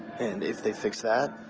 and if they fix that.